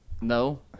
no